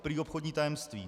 Prý obchodní tajemství.